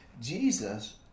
Jesus